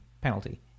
penalty